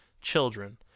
children